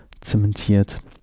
zementiert